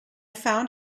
found